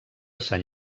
sant